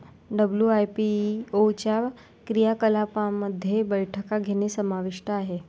WIPO च्या क्रियाकलापांमध्ये बैठका घेणे समाविष्ट आहे